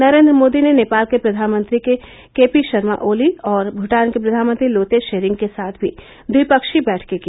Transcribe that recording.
नरेन्द्र मोदी ने नेपाल के प्रधानमंत्री के पी शर्मा ओली और भूटान के प्रधानमंत्री लोते शेरिंग के साथ भी द्विपक्षीय बैठकें की